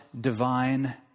divine